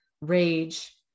rage